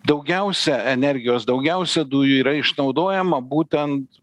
daugiausia energijos daugiausia dujų yra išnaudojama būtent